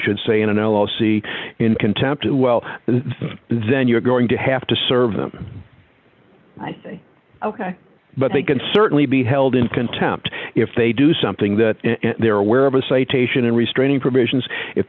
should say in an l l c in contempt well then you're going to have to serve them ok but they can certainly be held in contempt if they do something that they're aware of a citation and restraining provisions if